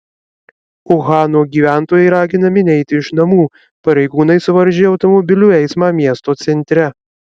uhano gyventojai raginami neiti iš namų pareigūnai suvaržė automobilių eismą miesto centre